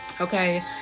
okay